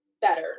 better